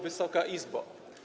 Wysoka Izbo!